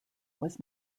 was